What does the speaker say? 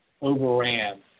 overran